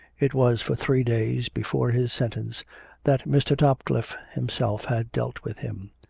it was for three days before his sentence that mr. topcliffe himself had dealt with him.